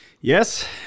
Yes